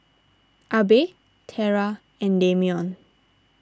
Abe Terra and Dameon